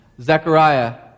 Zechariah